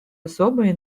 особые